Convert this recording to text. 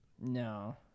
No